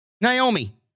Naomi